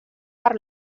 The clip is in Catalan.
per